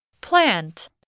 Plant